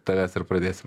tavęs ir pradėsim